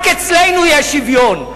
רק אצלנו יש שוויון.